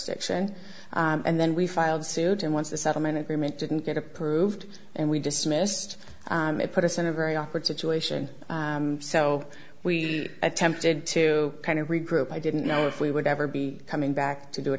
diction and then we filed suit and once the settlement agreement didn't get approved and we dismissed it put us in a very awkward situation so we attempted to kind of regroup i didn't know if we would ever be coming back to do it